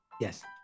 Yes